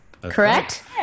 Correct